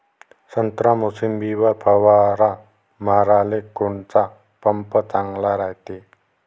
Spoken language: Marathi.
संत्रा, मोसंबीवर फवारा माराले कोनचा पंप चांगला रायते?